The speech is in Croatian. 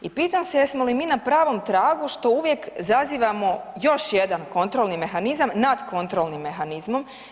I pitam se jesmo li na pravom tragu što uvijek zazivamo još jedan kontrolni mehanizma nad kontrolnim mehanizmom.